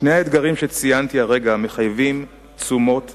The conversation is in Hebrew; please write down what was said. שני האתגרים שציינתי כרגע מחייבים תשומות תקציביות.